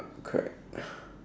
crack